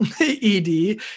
ED